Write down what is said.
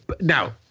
now